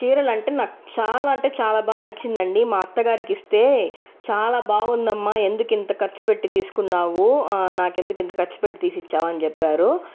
చీరలు అంటే నాకు చాలా అంటే చాలా బాగా నచ్చిందండి మా అత్తగారికి ఇస్తే చాలా బాగుందమ్మా ఎందుకింత ఖర్చు పెట్టి తీసుకున్నావు నాకెందుకు ఇంత ఖర్చు పెట్టి తీసిచ్చావు అని చెప్పారు